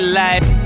life